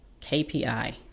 KPI